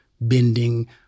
bending